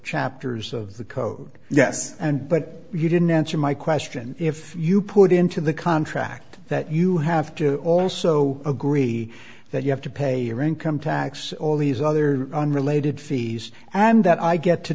chapters of the code yes and but you didn't answer my question if you put into the contract that you have to also agree that you have to pay your income tax all these other unrelated fees and that i get to